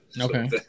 okay